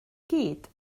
gyd